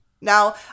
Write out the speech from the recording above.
Now